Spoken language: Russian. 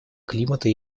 климата